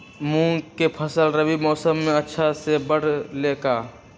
मूंग के फसल रबी मौसम में अच्छा से बढ़ ले का?